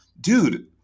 dude